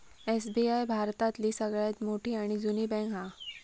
SBI भारतातली सगळ्यात मोठी आणि जुनी बॅन्क हा